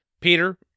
peter